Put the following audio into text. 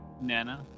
Nana